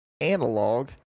analog